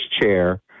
chair